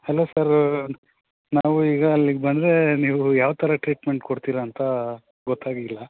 hello sir ನಾವು ಈಗ ಅಲ್ಲಿಗೆ ಬಂದರೆ ನೀವು ಯಾವ ಥರ ಟ್ರೀಟ್ಮೆಂಟ್ ಕೊಡ್ತೀರ ಅಂತ ಗೊತ್ತಾಗಿಲ್ಲ